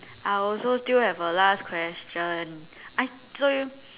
I also still have a last question I